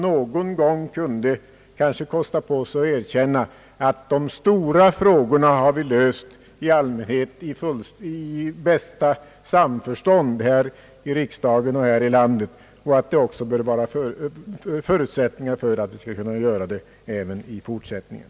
Någon gång kunde man väl kosta på sig att erkänna, att de stora frågorna har vi i allmänhet löst i bästa samförstånd här i riksdagen och att det också bör finnas förutsättningar för att vi skall kunna göra det även i fortsättningen.